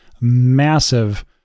massive